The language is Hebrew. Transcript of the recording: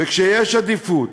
וכשיש עדיפות,